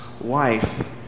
wife